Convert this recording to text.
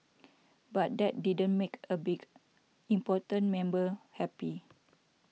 but that didn't make a big important member happy